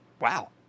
Wow